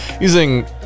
using